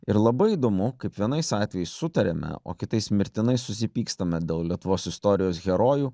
ir labai įdomu kaip vienais atvejais sutariame o kitais mirtinai susipykstame dėl lietuvos istorijos herojų